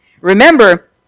Remember